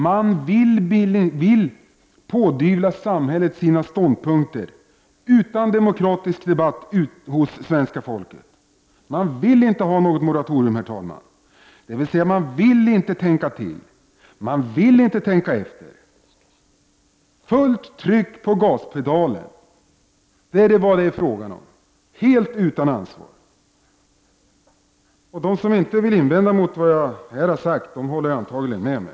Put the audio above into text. Man vill pådyvla samhället sin ståndpunkt utan demokratisk debatt hos svenska folket. Man vill inte ha något moratorium, dvs. man vill inte tänka till och man vill inte tänka efter. Det är fråga om fullt tryck på gaspedalen, helt utan ansvar. De som inte vill invända mot vad jag här har sagt håller antagligen med mig.